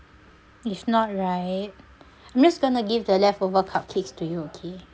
if not right I'm just gonna give the leftover cupcakes to you okay